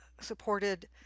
supported